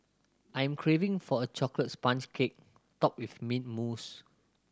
I'm craving for a chocolate sponge cake topped with mint mousse